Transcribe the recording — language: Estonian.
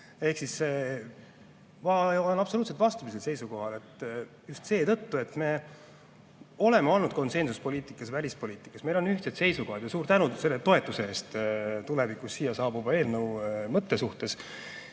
olen absoluutselt vastupidisel seisukohal just seetõttu, et me oleme ajanud konsensuspoliitikat välispoliitikas, meil on ühtsed seisukohad. Ja suur tänu toetuse eest tulevikus siia saabuva eelnõu mõttele.